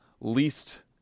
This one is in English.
least